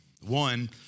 One